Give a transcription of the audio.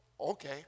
Okay